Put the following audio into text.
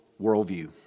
worldview